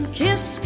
kiss